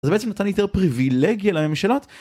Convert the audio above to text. זה בעצם נתן יותר פריבילגיה לממשלות